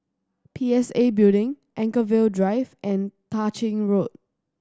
P S A Building Anchorvale Drive and Tah Ching Road